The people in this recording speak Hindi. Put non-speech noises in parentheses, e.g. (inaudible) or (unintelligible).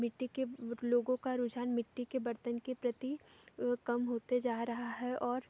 मिट्टी के (unintelligible) लोगों का रुझान मिट्टी के बर्तन के प्रति कम होते जा रहा है और